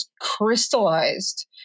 crystallized